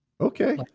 Okay